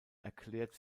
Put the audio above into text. erklärt